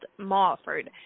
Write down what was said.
Mofford